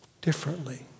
differently